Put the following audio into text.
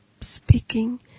speaking